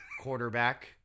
quarterback